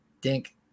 Dink